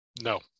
no